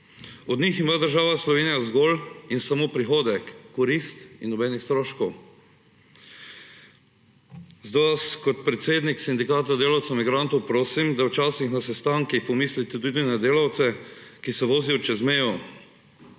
Od njih ima država Slovenija zgolj in samo prihodek, korist in nobenih stroškov. Zato vas kot predsednik Sindikata delavcev migrantov prosim, da včasih na sestankih pomislite tudi na delavce, ki se vozijo čez mejo.